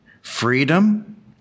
freedom